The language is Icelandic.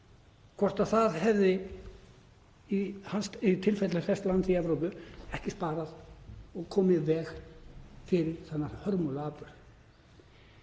hvort það hefði, í tilfelli þessa lands í Evrópu, ekki sparað og komið í veg fyrir þennan hörmulega